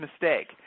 mistake